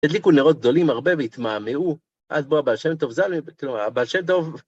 הדליקו נרות גדולים הרבה והתמהמהו עד בוא הבעל שם טוב ז"ל, כלומר, הבעל השם טוב...